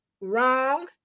wrong